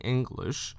English